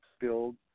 build